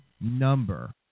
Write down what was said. number